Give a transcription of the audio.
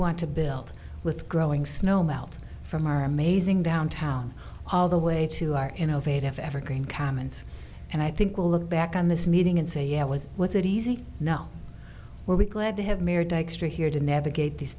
want to build with growing snow melt from our amazing downtown all the way to our innovative evergreen commons and i think we'll look back on this meeting and say yeah was was it easy no where we glad to have mayor dykstra here to navigate these